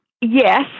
Yes